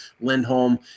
Lindholm